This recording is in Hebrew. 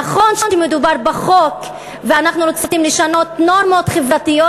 נכון שמדובר בחוק ואנחנו רוצים לשנות נורמות חברתיות,